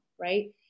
right